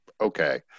okay